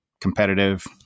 competitive